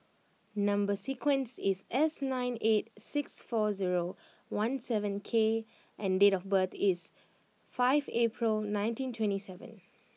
number sequence is S nine eight six four zero one seven K and date of birth is five April nineteen twenty seven